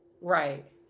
right